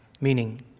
meaning